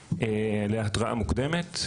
מערכת להתרעה מוקדמת,